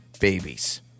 babies